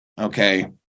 Okay